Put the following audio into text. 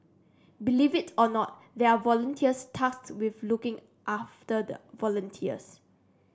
believe it or not there are volunteers tasked with looking after the volunteers